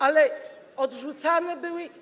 Ale odrzucamy, były.